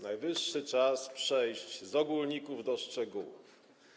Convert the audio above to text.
Najwyższy czas przejść od ogólników do szczegółów.